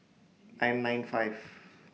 nine nine five